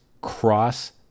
cross